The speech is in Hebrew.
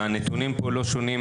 מה זה מחויבים?